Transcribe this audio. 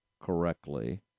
correctly